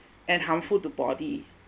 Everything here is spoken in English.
and harmful to body